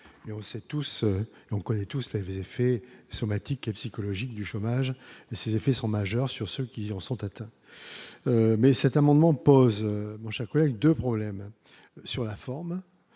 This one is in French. et on connaît tous les effets somatique et psychologique du chômage, ses effets sont majeures sur ceux qui en sont atteints, mais cet amendement pose moi j'accueille 2 problèmes sur la forme,